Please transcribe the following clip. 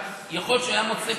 נשיא,